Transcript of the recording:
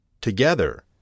Together